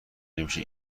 نمیشه